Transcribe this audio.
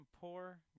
poor